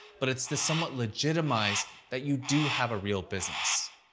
but it's to somewhat legitimize that you do have a real business.